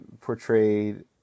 portrayed